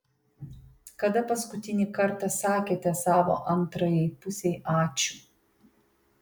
kada paskutinį kartą sakėte savo antrajai pusei ačiū